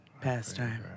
pastime